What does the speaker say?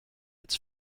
its